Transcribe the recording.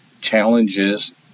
challenges